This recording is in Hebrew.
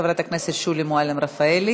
חברת הכנסת שולי מועלם-רפאלי,